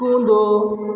कूदो